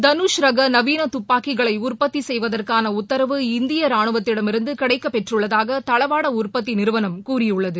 தனூஷ் ரக நவீன துப்பாக்கிகளை உற்பத்தி செய்வதற்கான உத்தரவு இந்திய ரானுவத்திடமிருந்து கிடைக்கப்பெற்றுள்ளதாக தளவாட உற்பத்தி நிறுவனம் கூறியுள்ளது